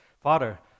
Father